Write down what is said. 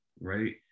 right